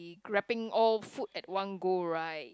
grabbing all food at one go right